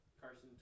Carson